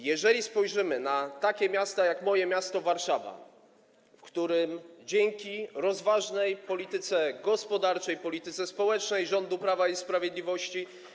Jeżeli spojrzymy na takie miasta jak moje miasto Warszawa, to dzięki rozważnej polityce gospodarczej, polityce społecznej rządu Prawa i Sprawiedliwości.